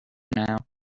now